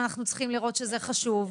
אנחנו צריכים לראות שזה חשוב,